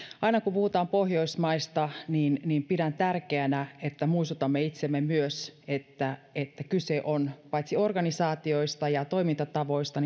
aina kun puhutaan pohjoismaista niin niin pidän tärkeänä että muistutamme itseämme myös että että kyse on paitsi organisaatioista ja toimintatavoista